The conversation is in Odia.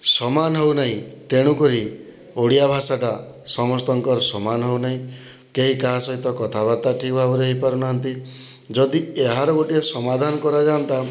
ସମାନ ହେଉନାହିଁ ତେଣୁକରି ଓଡ଼ିଆ ଭାଷାଟା ସମସ୍ତଙ୍କର ସମାନ ହେଉନାହିଁ କେହି କାହା ସହିତ କଥାବାର୍ତ୍ତା ଠିକ୍ ଭାବରେ ହେଇପାରୁନାହାଁନ୍ତି ଯଦି ଏହାର ଗୋଟିଏ ସମାଧାନ କରାଯାଆନ୍ତା